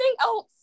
else